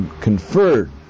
conferred